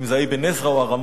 אם זה היה אבן עזרא או הרמב"ן.